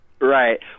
Right